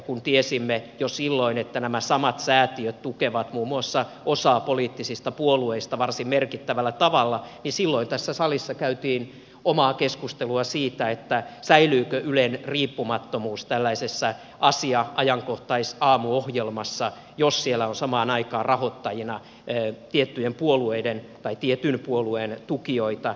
kun tiesimme jo silloin että nämä samat säätiöt tukevat muun muassa osaa poliittisista puolueista varsin merkittävällä tavalla niin silloin tässä salissa käytiin omaa keskustelua siitä säilyykö ylen riippumattomuus tällaisessa asia ajankohtais aamuohjelmassa jos siellä on samaan aikaan rahoittajina tiettyjen puolueiden tai tietyn puolueen tukijoita